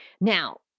Now